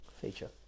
feature